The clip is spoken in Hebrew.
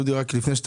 (היו"ר משה גפני,